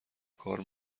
کار